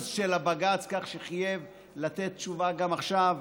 של הבג"ץ כך שחייב לתת תשובה גם עכשיו,